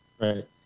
right